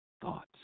thoughts